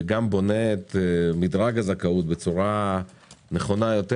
וגם בונה את מדרג הזכאות בצורה נכונה יותר,